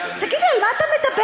תגיד לי, על מה אתה מדבר?